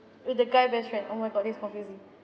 with the guy best friend oh my god this is confusing